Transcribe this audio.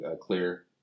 clear